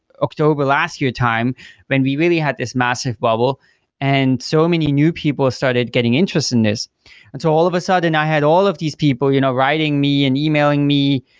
october last year time when we really had this massive bubble and so many new people started getting interest in this and so all of a sudden, i had all of these people you know writing me and yeah e-mailing me,